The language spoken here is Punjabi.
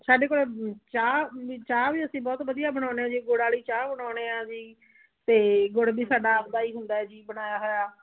ਸਾਡੇ ਕੋਲ ਚਾਹ ਵ ਚਾਹ ਵੀ ਅਸੀਂ ਬਹੁਤ ਵਧੀਆ ਬਣਾਉਣੇ ਹਾਂ ਜੀ ਗੁੜ ਵਾਲੀ ਚਾਹ ਬਣਾਉਣੇ ਹਾਂ ਜੀ ਅਤੇ ਗੁੜ ਵੀ ਸਾਡਾ ਆਪਣਾ ਹੀ ਹੁੰਦਾ ਜੀ ਬਣਾਇਆ ਹੋਇਆ